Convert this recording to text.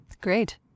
Great